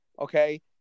Okay